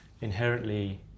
inherently